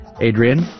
Adrian